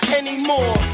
anymore